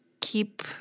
keep